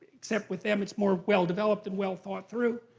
except with them it's more well-developed and well-thought-through.